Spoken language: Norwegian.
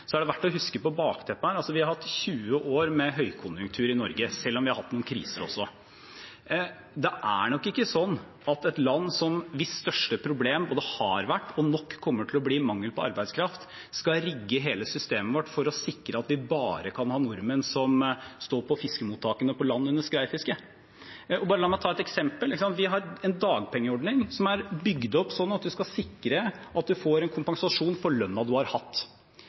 er det verdt å huske på bakteppet her. Vi har hatt 20 år med høykonjunktur i Norge, selv om vi også har hatt noen kriser. Det er nok ikke sånn at et land hvis største problem både har vært og nok kommer til å bli mangel på arbeidskraft, skal rigge hele systemet sitt for å sikre at vi bare kan ha nordmenn som står på fiskemottakene på land under skreifisket. La meg bare ta et eksempel: Vi har en dagpengeordning som er bygd opp sånn at vi skal sikre at man får kompensasjon for lønnen man har hatt.